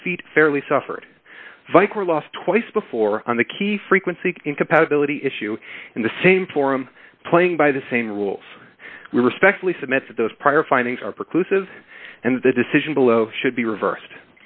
a defeat fairly suffered vike were lost twice before on the key frequency in compatibility issue in the same forum playing by the same rules we respectfully submit those prior findings are clues of and the decision below should be reversed